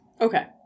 Okay